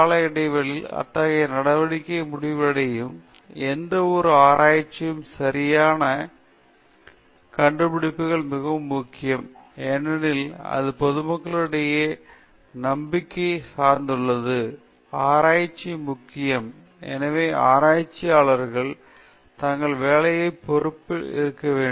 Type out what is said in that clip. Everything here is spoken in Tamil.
குறிப்பிட்ட கால இடைவெளியில் அத்தகைய நடவடிக்கை முடிவடையும் எந்தவொரு ஆராய்ச்சியுமான சரியான கண்டுபிடிப்புகள் மிகவும் முக்கியம் ஏனெனில் இது பொதுமக்களிடையே நம்பிக்கையை சார்ந்துள்ளது ஆராய்ச்சிக்கு முக்கியம் எனவே ஆராய்ச்சியாளர்கள் தங்கள் வேலையை பொறுப்பாக இருக்க வேண்டும்